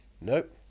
nope